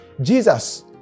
Jesus